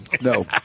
No